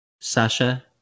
Sasha